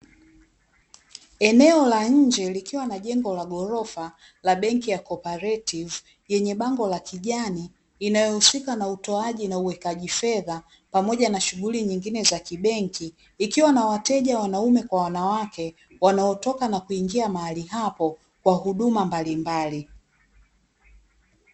Eneo la nje likiwa na jengo la ghorofa la benki ya "CO-OPERATIVE" lenye bango la kiijani, inayohusika na utoaji na uwekaji fedha pamoja na shughuli nyingine za kibenki, ikiwa na wateja wanaume kwa wanawake wanaotoka na kuingia mahali hapo kwa huduma mbalimbali.